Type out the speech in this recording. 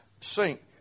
sink